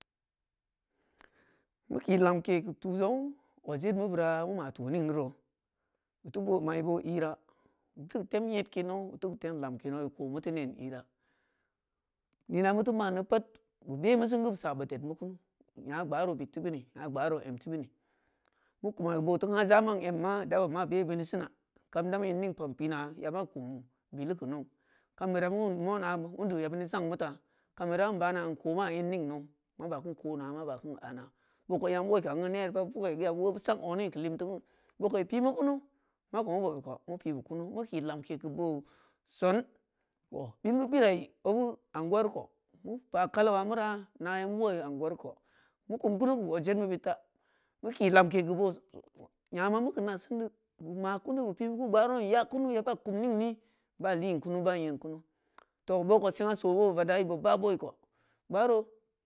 Mu kii lonkei geu tu zongnu, adjed mu bira mu ma tu ningni roo, butu boo mai boo ira butu geu tem nyeɗke nou butu geu tem lamke nou bu ko mutu nen ira, neena mutu ma’n neu pad nu be mu singu bu saa bu ded mu kunu nya gbaaro bid teu bini nya gbaaro em teu bini, mu kumai bootu haa za’man kumai bootu haa za’man emmaa da ban ma be bini sina kam dēumu in ming poon pina yama kum bilu gu nou kaw bira mum moya wundu yabini sang mu ta kau bira dan̄ bama n koma anning nou mubakan kona muba kan ana booko yamu uleui kangu neere pad vuga gu yabu uleu bu sang odningneu gu limtu gu booko i pimu kunu, maako mu bobu ko mu pibu kunu mu kii lamke geu boo soon, bid mu birai obu anguua reu ko mu pa kaleu ulaa mura na yamu mei anguwa ko mu kum kunu gu odjed mu bid ta mu kii lamke geu boo soon nya mugu naa sin deu bu ma kunu bu pimu ƙunu gbaaro nya kunu yaba kum ningni baa lin kunu baa nyeun kunu to sengna soo boo boo vadda bu bob ba boi ko gɓaaro.